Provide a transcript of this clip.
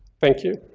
thank you.